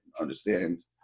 understand